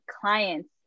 clients